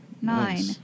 Nine